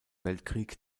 weltkrieg